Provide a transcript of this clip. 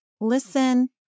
Listen